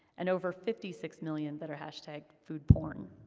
and over fifty six million that are hashtagged food porn.